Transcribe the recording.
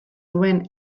duen